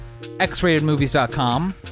xratedmovies.com